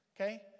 Okay